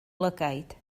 lygaid